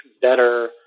better